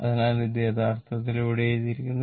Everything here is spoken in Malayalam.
അതിനാൽ അത് യഥാർത്ഥത്തിൽ ഇവിടെ എഴുതിയിരിക്കുന്നു